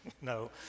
no